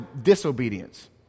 disobedience